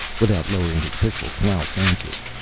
without lowering his pistol klaus answered.